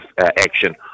action